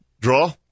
draw